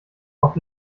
auf